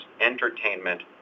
entertainment